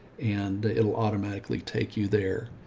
and it'll automatically take you there.